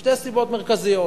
שתי סיבות מרכזיות: